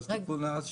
אבל טיפול נמרץ,